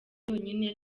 yonyine